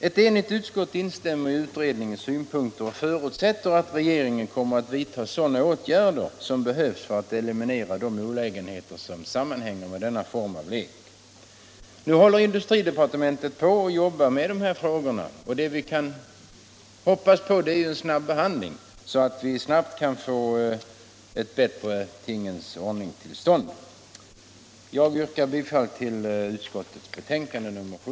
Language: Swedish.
Ett enigt utskott instämmer i de redovisade synpunkterna och förutsätter att regeringen kommer att vidta sådana åtgärder som behövs för att eliminera de olägenheter som sammanhänger med användandet av denna form av leksaker. Industridepartementet arbetar nu med dessa frågor, och vad vi kan hoppas på är en snabb behandling så att vi snart kan få en bättre tingens ordning i detta avseende. Jag yrkar bifall till näringsutskottets hemställan i dess betänkande nr 7.